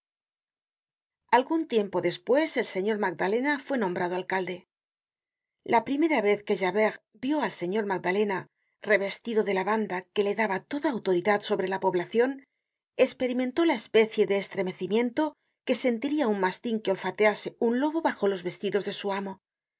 algun tiempo despues el señor magdalena fue nombrado alcalde la primera vez que javert vió al señor magdalena revestido de la banda que le daba toda autoridad sobre la poblacion esperimentó la especie de estremecimiento que sentiria un mastin que olfatease un lobo bajo los vestidos de su amo